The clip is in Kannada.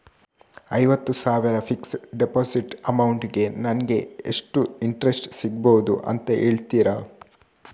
ಐವತ್ತು ಸಾವಿರ ಫಿಕ್ಸೆಡ್ ಡೆಪೋಸಿಟ್ ಅಮೌಂಟ್ ಗೆ ನಂಗೆ ಎಷ್ಟು ಇಂಟ್ರೆಸ್ಟ್ ಸಿಗ್ಬಹುದು ಅಂತ ಹೇಳ್ತೀರಾ?